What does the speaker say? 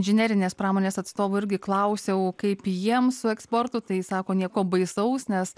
inžinerinės pramonės atstovų irgi klausiau kaip jiems su eksportu tai sako nieko baisaus nes